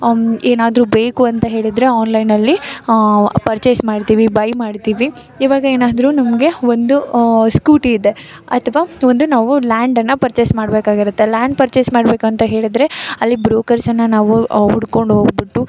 ಏನಾದ್ರೂ ಬೇಕು ಅಂತ ಹೇಳಿರೆ ಆನ್ಲೈನಲ್ಲಿ ಪರ್ಚೇಸ್ ಮಾಡ್ತೀವಿ ಬೈ ಮಾಡ್ತೀವಿ ಈವಾಗ ಏನಾದ್ರೂ ನಮಗೆ ಒಂದು ಸ್ಕೂಟಿ ಇದೆ ಆಯ್ತಪ್ಪ ಒಂದು ನಾವು ಲ್ಯಾಂಡನ್ನು ಪರ್ಚೇಸ್ ಮಾಡಬೇಕಾಗಿರುತ್ತೆ ಲ್ಯಾಂಡ್ ಪರ್ಚೇಸ್ ಮಾಡಬೇಕು ಅಂತ ಹೇಳಿದರೆ ಅಲ್ಲಿ ಬ್ರೋಕರ್ಸನ್ನು ನಾವು ಹುಡ್ಕೊಂಡು ಹೋಗಿಬಿಟ್ಟು